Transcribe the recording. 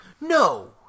No